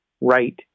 right